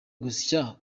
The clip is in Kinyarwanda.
gusya